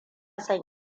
son